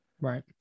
Right